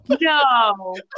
No